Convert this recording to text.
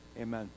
amen